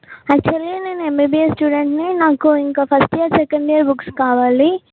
actually నేను MBBS స్టూడెంట్ని నాకు ఇంక first year second year books కావాలి